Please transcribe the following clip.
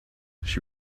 she